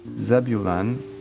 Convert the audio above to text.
Zebulun